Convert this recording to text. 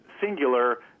singular